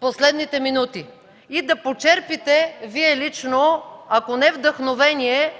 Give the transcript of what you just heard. последните минути. И да почерпите – Вие лично, ако не вдъхновение,